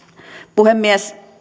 puhemies